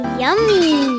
yummy